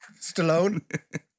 Stallone